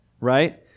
right